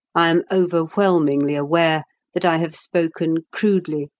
i am overwhelmingly aware that i have spoken crudely,